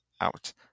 out